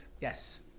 Yes